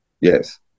Yes